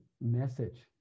message